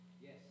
Yes